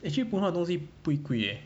actually Poon Huat 的东西不会贵 eh